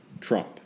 Trump